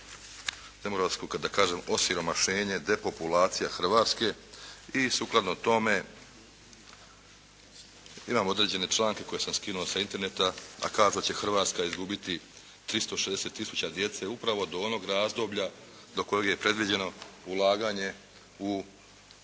demografsko osiromašenje, depopulacija Hrvatske, i sukladno tome, imam određene članke koje sam skinuo sa interneta, a kažu da će Hrvatska izgubiti 360 tisuća djece upravo do onog razdoblja do kojeg je predviđeno ulaganje po ovom